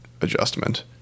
adjustment